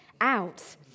out